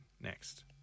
next